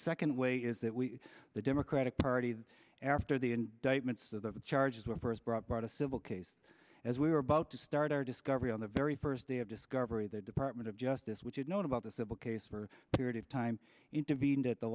second way is that we the democratic after the indictments the charges were first brought brought a civil case as we were about to start our discovery on the very first day of discovery the department of justice which had known about the civil case for a period of time intervened at the